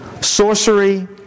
sorcery